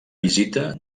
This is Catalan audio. visita